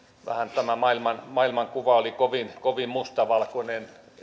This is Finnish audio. maailmankuva oli kovin kovin mustavalkoinen